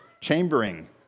chambering